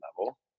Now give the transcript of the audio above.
level